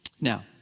Now